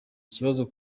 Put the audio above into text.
ikibazo